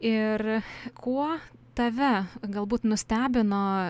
ir kuo tave galbūt nustebino